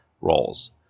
roles